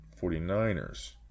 49ers